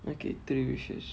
I get three wishes